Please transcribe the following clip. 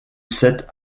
cette